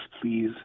please